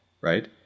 Right